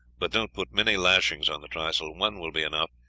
but don't put many lashings on the trysail, one will be enough,